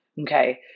Okay